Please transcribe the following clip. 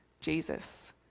Jesus